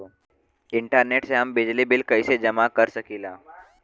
Internet से हम बिजली बिल कइसे जमा कर सकी ला?